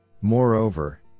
Moreover